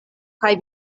kaj